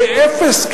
כאפס?